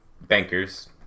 bankers